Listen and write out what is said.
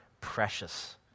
precious